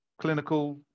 clinical